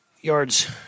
yard's